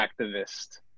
activist